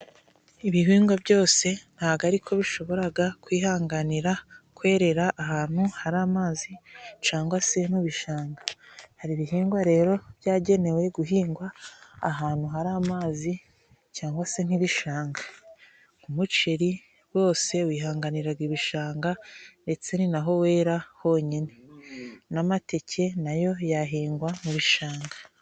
Ibihingwa byose ntabwo ariko bishobora kwihanganira kwerera ahantu hari amazi cyangwa se mu ibishanga. Hari ibihingwa rero byagenewe guhingwa ahantu hari amazi cyangwa se h'ibishanga. Nk'umuceri rwose wihanganiraga ibishanga ndetse ni naho wera honyine. N'amateke na yo yahingwa mu bishanga.